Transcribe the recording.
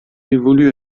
évolue